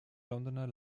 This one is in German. londoner